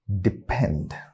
depend